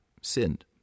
sinned